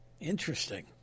Interesting